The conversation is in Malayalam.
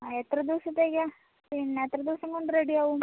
ആ എത്ര ദിവസത്തേക്കാണ് പിന്നെ എത്ര ദിവസംകൊണ്ട് റെഡിയാവും